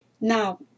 Now